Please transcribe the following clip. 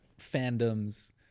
fandoms